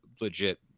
legit